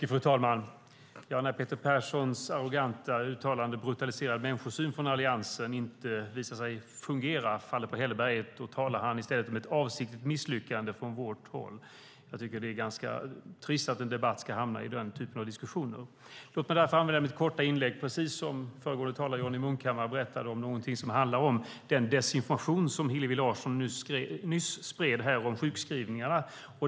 Fru talman! När Peter Perssons arroganta uttalande om brutaliserad människosyn från Alliansen inte visade sig fungera utan faller på hälleberget talar han i stället om ett avsiktligt misslyckande från vårt håll. Jag tycker att det är ganska trist att man ska hamna i denna typ av diskussioner i en debatt. Låt mig därför använda mitt korta inlägg åt någonting som handlar om det som föregående talare Johnny Munkhammar berättade om - den desinformation om sjukskrivningarna som Hillevi Larsson nyss spred här.